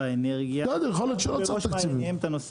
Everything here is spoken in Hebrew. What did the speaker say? האנרגיה- -- יכול להיות שלא צריך תקציבים.